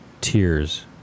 tears